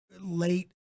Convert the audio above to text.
late